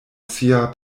sia